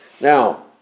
Now